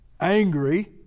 angry